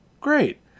Great